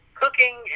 cooking